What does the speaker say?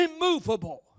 immovable